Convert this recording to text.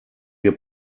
wir